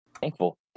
thankful